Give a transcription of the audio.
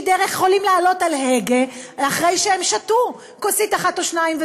דרך הם יכולים לעלות על ההגה אחרי שהם שתו כוסית אחת או שתיים,